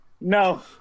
No